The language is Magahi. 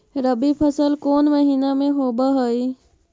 रबी फसल कोन महिना में होब हई?